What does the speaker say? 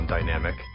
Dynamic